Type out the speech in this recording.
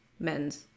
men's